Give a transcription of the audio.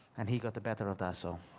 and he got the better of that, so.